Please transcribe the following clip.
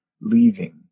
leaving